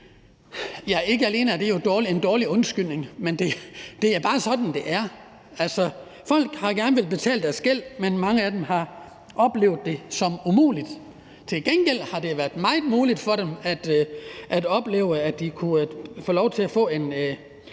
Ikke alene er det jo en dårlig undskyldning, men det er bare sådan, det er. Folk har gerne villet betale deres gæld, men mange af dem har oplevet det som umuligt. Til gengæld har det været meget muligt for dem at opleve, at de kunne få lov til at få en